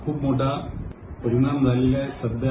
खूप मोठा परिणाम झालेला आहे सद्या